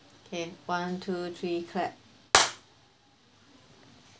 okay one two three clap